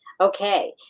Okay